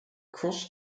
cross